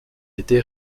était